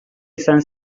izan